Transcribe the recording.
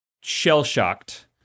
shell-shocked